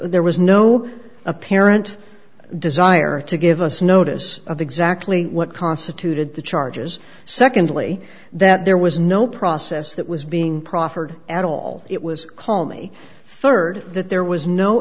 there was no apparent desire to give us notice of exactly what constituted the charges secondly that there was no process that was being proffered at all it was call me third that there was no